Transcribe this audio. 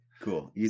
Cool